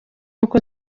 uko